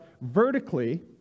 vertically